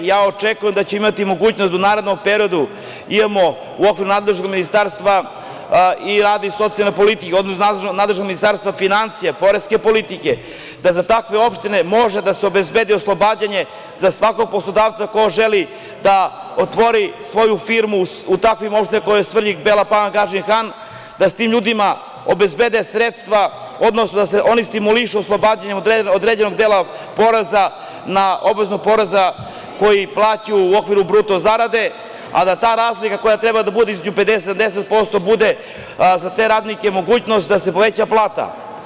Očekujem da ćemo imati mogućnosti da u narednom periodu imamo u okviru nadležnog ministarstva i rada i socijalne politike, odnosno nadležnog Ministarstva finansija, poreske politike, da za takve opštine može da se obezbedi oslobađanje za svakog poslodavca koji želi da otvori svoju firmu u takvim opštinama kao što su Svrljig, Bela Palanka, Gadžin Han, da se tim ljudima obezbede sredstva, odnosno da se oni stimulišu oslobađanjem određenog dela obaveznog poreza koji plaćaju u okviru bruto zarade, a da ta razlika koja treba da bude između 50 – 70%, bude za te radnike mogućnost da se poveća plata.